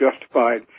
justified